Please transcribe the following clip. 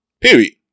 period